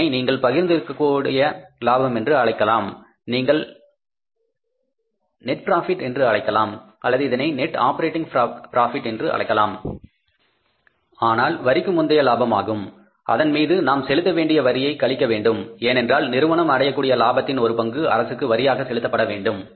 இதனை நீங்கள் பகிர்ந்து இருக்கக்கூடிய லாபம் என்று அழைக்கலாம் நெட் ப்ராபிட் என்று அழைக்கலாம் அல்லது இதனை நெட் ஆப்பரேட்டிங் ப்ராபிட் என்றும் அழைக்கலாம் ஆனால் வரிக்கு முந்தைய லாபம் ஆகும் அதன்மீது நாம் செலுத்த வேண்டிய வரியை கழிக்க வேண்டும் ஏனென்றால் நிறுவனம் அடையக்கூடிய லாபத்தில் ஒரு பங்கு அரசுக்கு வரியாக செலுத்த வேண்டும்